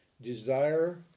Desire